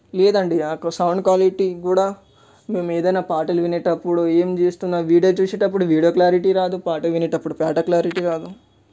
లేదండి నాకు sound quality కూడా మేము ఏదైనా పాటలు వినేటప్పుడు ఏం చేస్తున్నా వీడియో చూసేటప్పుడు వీడియో క్లారిటీ రాదు పాట వినేటప్పుడు పాట క్లారిటీ రాదు